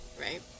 right